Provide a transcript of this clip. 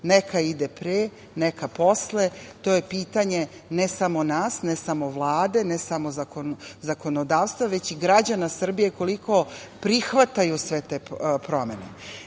Neka ide pre, neka posle, to je pitanje ne samo nas, ne samo Vlade, ne samo zakonodavstva, već i građana Srbije koliko prihvataju sve te promene. Zbog